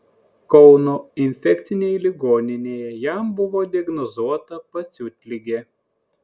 kauno infekcinėje ligoninėje jam buvo diagnozuota pasiutligė